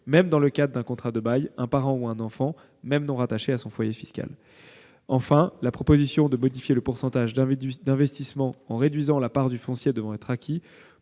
même dans le cadre d'un contrat de bail, un parent ou un enfant, même non rattaché à son foyer fiscal. Enfin, modifier le pourcentage d'investissement en réduisant la part du foncier devant être acquis